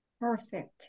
Perfect